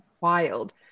wild